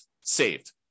saved